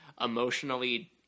emotionally